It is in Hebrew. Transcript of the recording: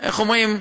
איך אומרים,